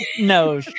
No